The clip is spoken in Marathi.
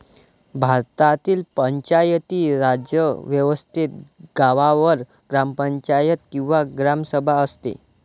भारतातील पंचायती राज व्यवस्थेत गावावर ग्रामपंचायत किंवा ग्रामसभा असते